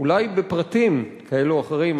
אולי בפרטים כאלה או אחרים,